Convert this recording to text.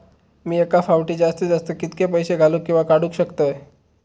मी एका फाउटी जास्तीत जास्त कितके पैसे घालूक किवा काडूक शकतय?